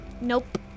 Nope